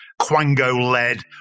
Quango-led